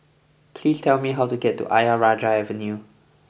please tell me how to get to Ayer Rajah Avenue